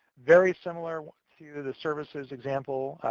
very similar to the services example,